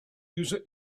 user